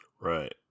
right